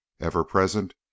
ever-present